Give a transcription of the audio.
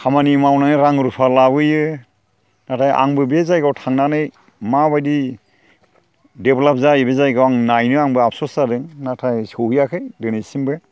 खामानि मावनाय रां रुफा लाबोयो नाथाय आंबो बे जायगायाव थांनानै माबायदि डेभल'प जायो बे जायगायाव आं नायनो आंबो आफस'स जादों नाथाय सहैयाखै दिनैसिमबो